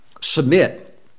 submit